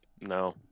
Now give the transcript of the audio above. no